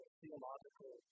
theological